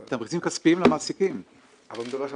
אין מספיק מסה בשביל שנפתח